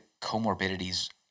comorbidities